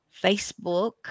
Facebook